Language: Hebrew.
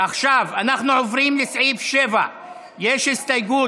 עכשיו אנחנו עוברים לסעיף 7. יש הסתייגות